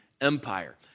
Empire